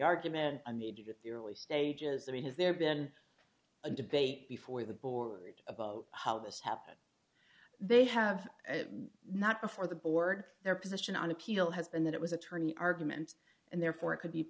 argument a need to get the early stages that he has there been a debate before the board about how this happened they have not before the board their position on appeal has been that it was attorney argument and therefore it could be